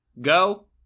Go